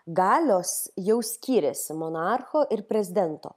galios jau skyrėsi monarcho ir prezidento